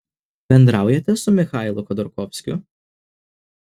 bendraujate su michailu chodorkovskiu